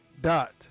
dot